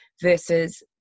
versus